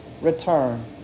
return